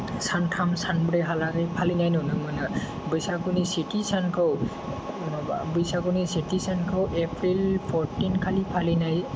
सानथाम सानब्रैहालागै फालिनाय नुनो मोनो बैसागुनि सेथि सानखौ जेनबा बैसागुनि सेथि सानखौ एप्रिल फर्तिनखालि फालिनाय